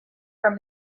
from